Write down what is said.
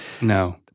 no